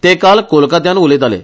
ते काल कोलकात्यान उलयताले